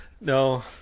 No